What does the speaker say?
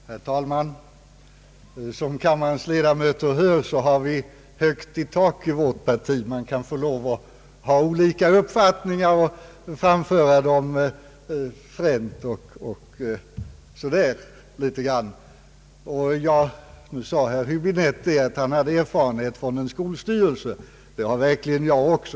Herr talman! Som kammarens ledamöter förstår har vi högt i tak i vårt parti. Man får lov att ha olika uppfattningar och framföra dem på ett litet fränt sätt. Herr Höbinette har erfarenhet från en skolstyrelse. Det har verkligen jag också.